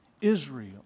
Israel